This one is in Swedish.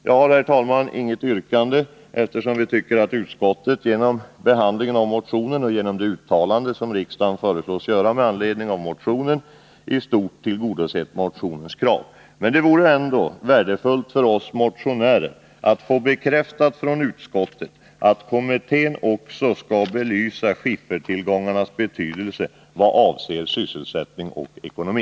Jag har, herr talman, inget yrkande, eftersom vi tycker att utskottet genom sin behandling av motionen och genom det uttalande som riksdagen föreslås göra med anledning av motionen i stort tillgodosett motionens krav. Men det vore ändå värdefullt för oss motionärer att få bekräftat från utskottet att kommittén också skall kunna belysa skiffertillgångarnas betydelse i vad avser sysselsättning och ekonomi.